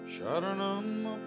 Sharanam